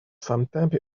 samtempe